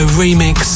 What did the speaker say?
remix